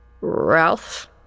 Ralph